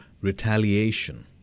retaliation